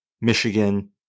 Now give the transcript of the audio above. Michigan